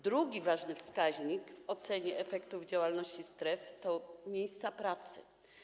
Drugi ważny wskaźnik w ocenie efektów działalności stref to miejsca pracy.